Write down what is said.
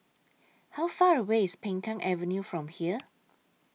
How Far away IS Peng Kang Avenue from here